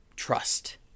trust